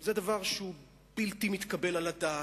זה דבר שהוא בלתי מתקבל על הדעת.